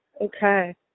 okay